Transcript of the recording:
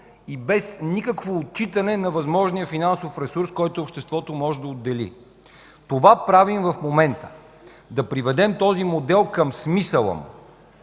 и без никакво отчитане на възможния финансов ресурс, който обществото може да отдели. Това правим в момента – да приведем модела към смисъла му,